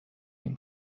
این